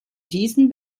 diesen